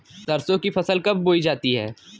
सरसों की फसल कब बोई जाती है?